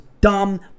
dumb